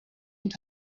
und